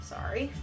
Sorry